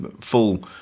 full